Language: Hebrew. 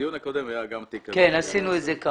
כך עשינו.